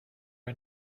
are